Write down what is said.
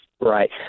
Right